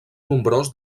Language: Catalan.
nombrós